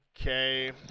Okay